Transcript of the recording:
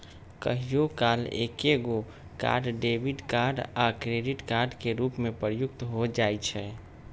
कहियो काल एकेगो कार्ड डेबिट कार्ड आ क्रेडिट कार्ड के रूप में प्रयुक्त हो जाइ छइ